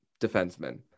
defensemen